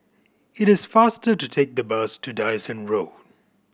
it is faster to take the bus to Dyson Road